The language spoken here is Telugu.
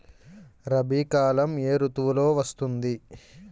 రబీ కాలం ఏ ఋతువులో వస్తుంది?